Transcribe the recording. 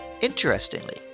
Interestingly